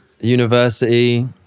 university